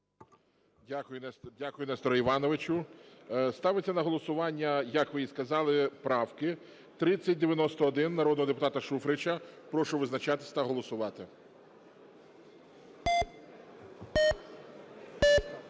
Дякую, Нестор Іванович. Ставиться на голосування, як ви і сказали, правка, 3091, народного депутата Шуфрича. Прошу визначатись та голосувати.